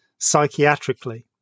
psychiatrically